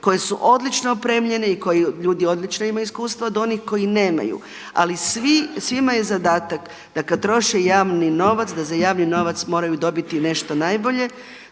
koje su odlično opremljene i koje ljudi odlično imaju iskustvo od onih koji nemaju. Ali svima je zadatak da kad troše javni novac da za javni novac moraju dobiti nešto najbolje.